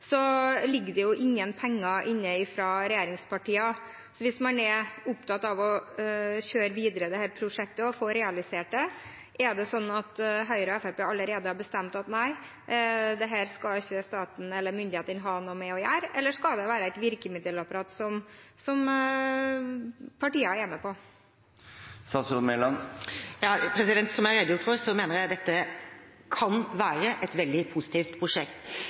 ligger det ingen penger inne fra regjeringspartiene. Hvis man er opptatt av å kjøre videre dette prosjektet og få realisert det, er det sånn at Høyre og Fremskrittspartiet allerede har bestemt at nei, dette skal ikke staten eller myndighetene ha noe med å gjøre, eller skal det være et virkemiddelapparat som partiene er med på? Statsråd Monica Mæland [10:41:00]: Som jeg har redegjort for, mener jeg at dette kan være et veldig positivt prosjekt.